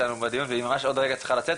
והיא ממש עוד רגע צריכה לצאת,